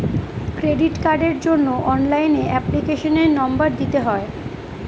credit কার্ডের জন্য অনলাইনে এপ্লিকেশনের নম্বর দিতে হয়